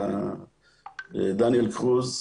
דניאל קרוז,